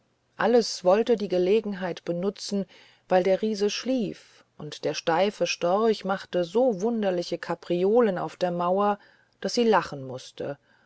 alles wollte die gelegenheit benutzen weil der riese schlief und der steife storch machte so wunderliche kapriolen auf der mauer daß sie lachen mußte